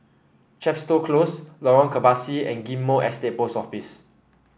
Chepstow Close Lorong Kebasi and Ghim Moh Estate Post Office